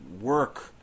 work